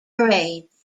parades